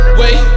wait